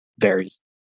varies